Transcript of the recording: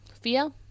fear